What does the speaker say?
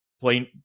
plain